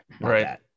right